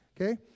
Okay